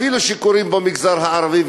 אפילו שקורים במגזר הערבי,